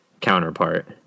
counterpart